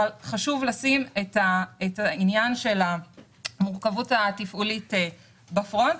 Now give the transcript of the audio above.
אבל חשוב לשים את העניין של המורכבות התפעולית בפרונט.